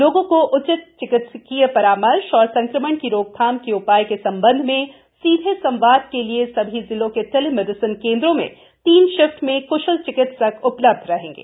लोगों को उचित चिकित्सकीय परामर्श और संक्रमण की रोकथाम के उपाय के संबंध में सीधे संवाद के लिए सभी जिलों के टेली मेडिसिन केन्द्रों में तीन शिफ्ट में क्शल चिकित्सक उपलब्ध रहेंगे